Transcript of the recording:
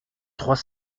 trois